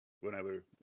whenever